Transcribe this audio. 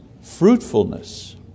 fruitfulness